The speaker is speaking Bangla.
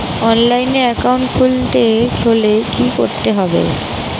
অনলাইনে একাউন্ট খুলতে হলে কি করতে হবে?